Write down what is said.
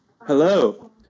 Hello